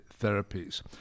therapies